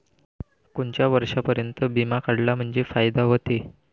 कोनच्या वर्षापर्यंत बिमा काढला म्हंजे फायदा व्हते?